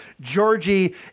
Georgie